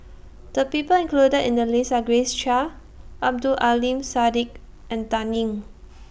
The People included in The list Are Grace Chia Abdul Aleem Siddique and Dan Ying